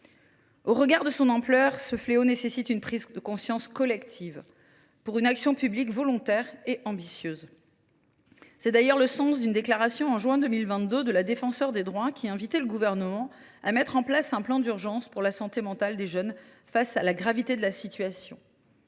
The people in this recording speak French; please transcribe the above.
Au regard de son ampleur, ce fléau nécessite une prise de conscience collective et une action publique volontaire et ambitieuse. Tel est d’ailleurs le sens d’une déclaration en juin 2022 de la Défenseure des droits, qui invitait le Gouvernement à mettre en place un plan d’urgence pour la santé mentale des jeunes face à la gravité de la situation.